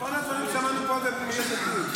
את כל הדברים שמענו קודם מיש עתיד.